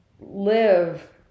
live